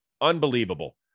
unbelievable